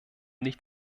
nicht